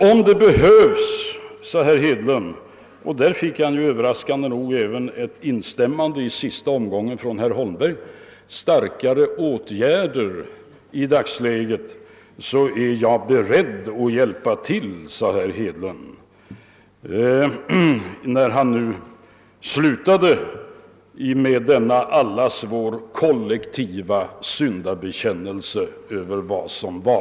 Om det behövs starkare åtgärder i dagens läge, så är jag beredd att hjälpa till, sade herr Hedlund sedan, när han slutade med allas vår kollektiva syndabekännelse över vad som varit.